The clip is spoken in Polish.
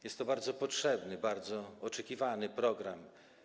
Jest to bardzo potrzebny, bardzo oczekiwany program.